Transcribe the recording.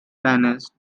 tennis